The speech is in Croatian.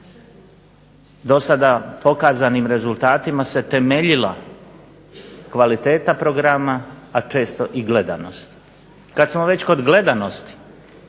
do sada pokazanim rezultatima se temeljila kvaliteta programa, a često i gledanost. Kad smo već kod gledanosti,